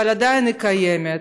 אבל עדיין היא קיימת.